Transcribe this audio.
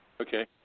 Okay